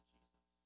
Jesus